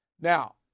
Now